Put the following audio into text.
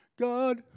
God